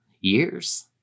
years